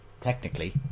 Technically